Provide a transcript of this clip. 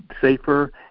safer